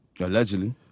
Allegedly